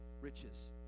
riches